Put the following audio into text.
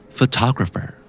Photographer